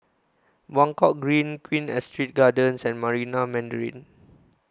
Buangkok Green Queen Astrid Gardens and Marina Mandarin